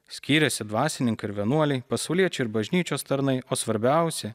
skyrėsi dvasininkai ir vienuoliai pasauliečiai ir bažnyčios tarnai o svarbiausia